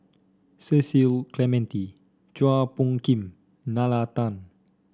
Cecil Clementi Chua Phung Kim Nalla Tan